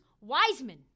Wiseman